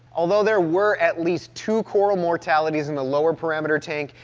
although there were at least two coral mortalities in the lower parameter tank,